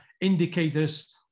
indicators